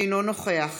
אינו נוכח